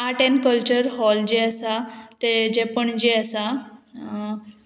art and culture hall जे आसा तें जें पणजे आसा